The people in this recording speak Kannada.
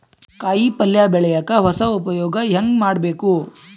ಕಾಯಿ ಪಲ್ಯ ಬೆಳಿಯಕ ಹೊಸ ಉಪಯೊಗ ಹೆಂಗ ಮಾಡಬೇಕು?